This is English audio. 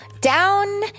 Down